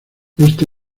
éste